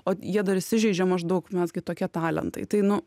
o jie dar įsižeidžia maždaug mes gi tokie talentai tai nu